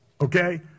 Okay